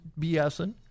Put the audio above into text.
BSing